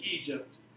egypt